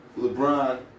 LeBron